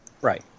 Right